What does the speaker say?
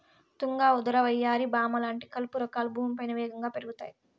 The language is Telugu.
తుంగ, ఉదర, వయ్యారి భామ లాంటి కలుపు రకాలు భూమిపైన వేగంగా పెరుగుతాయి